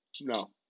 No